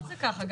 גם היום זה ככה.